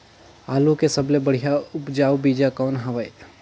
आलू के सबले बढ़िया उपजाऊ बीजा कौन हवय?